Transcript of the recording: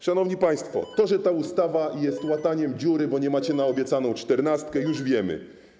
Szanowni państwo, to, że ta ustawa jest łataniem dziury, bo nie macie na obiecaną czternastkę, już wiemy.